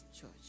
church